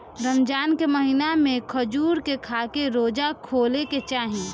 रमजान के महिना में खजूर के खाके रोज़ा खोले के चाही